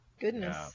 Goodness